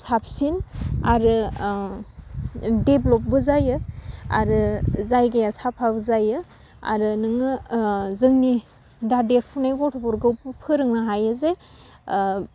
साबसिन आरो देभ्लपबो जायो आरो जायगाया साफाबो जायो आरो नोङो ओह जोंनि दा देरफुनाय गथ'फोरखौ फोरोंनो हायोजे